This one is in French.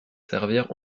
servir